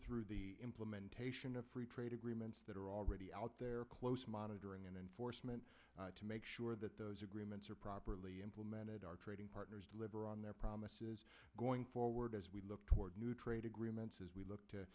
through the implementation of free trade agreements that are already out there close monitoring and enforcement to make sure that those agreements are properly implemented our trading partners deliver on their promises going forward as we look toward new trade agreements as we look to